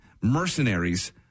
mercenaries